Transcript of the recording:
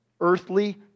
earthly